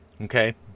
Okay